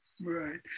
Right